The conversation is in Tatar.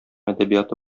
әдәбияты